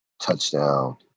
touchdown